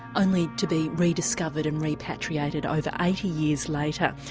only to be rediscovered and repatriated over eighty years later.